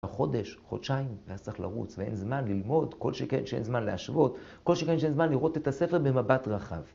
חודש, חודשיים ואז צריך לרוץ ואין זמן ללמוד, כל שכן שאין זמן להשוות, כל שכן שאין זמן לראות את הספר במבט רחב.